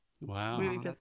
Wow